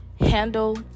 handle